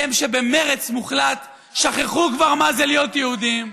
הם, שבמרץ מוחלט שכחו כבר מה זה להיות יהודים,